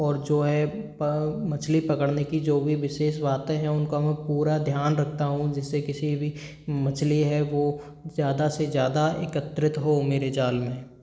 और जो है मछली पकड़ने की जो भी विशेष बातें हैं उनका मैं पूरा ध्यान रखता हूँ जिससे किसी भी मछली है वो ज़्यादा से ज़्यादा एकत्रित हो मेरे जाल में